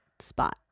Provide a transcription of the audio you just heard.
spot